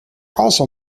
also